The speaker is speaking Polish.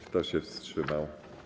Kto się wstrzymał?